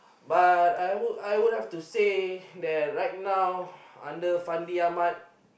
but I hope I would have to say that right now under Fandi-Ahmad